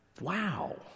Wow